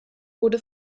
wurde